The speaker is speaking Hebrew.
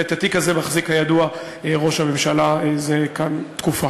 ואת התיק הזה מחזיק כידוע ראש הממשלה זה תקופה.